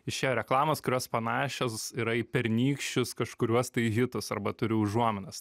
išėjo reklamos kurios panašios yra į pernykščius kažkuriuos tai hitus arba turi užuominas